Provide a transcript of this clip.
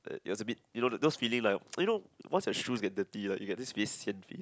it was a bit you know those feeling like you know once your shoes get dirty right you get the very sian feeling